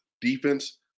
defense